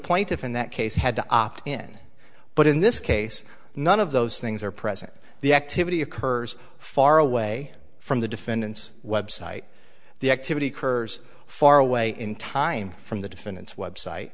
plaintiffs in that case had to opt in but in this case none of those things are present the activity occurs far away from the defendant's website the activity occurs far away in time from the defendant's web site